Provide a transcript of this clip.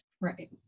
Right